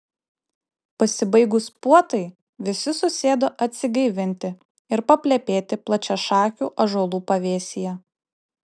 pasibaigus puotai visi susėdo atsigaivinti ir paplepėti plačiašakių ąžuolų pavėsyje